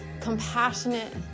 compassionate